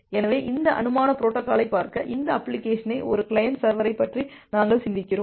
எனவே இந்த அனுமான பொரோட்டோகாலைப் பார்க்க இந்த அப்ளிகேஷனை ஒரு கிளையன்ட் சர்வரைப் பற்றி நாங்கள் சிந்திக்கிறோம்